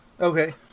Okay